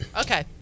Okay